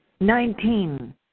Nineteen